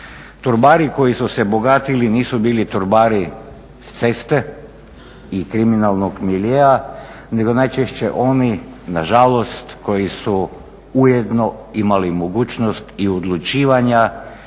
Torbari koji su se bogatili nisu bili torbari s ceste i kriminalnog miljea nego najčešće oni nažalost koji su ujedno imali mogućnost i odlučivanja